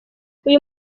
uyu